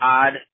odd